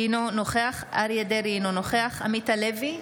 אינו נוכח אריה מכלוף דרעי, אינו נוכח עמית הלוי,